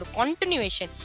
continuation